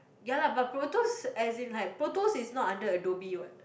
ya lah but Proteus as in like Proteus is not under Adobe what